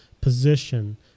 position